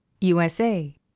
USA